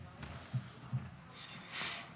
אדוני היושב-ראש,